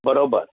बरोबर